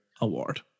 Award